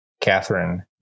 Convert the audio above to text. Catherine